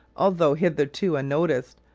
although hitherto unnoticed,